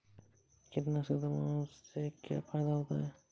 कीटनाशक दवाओं से क्या फायदा होता है?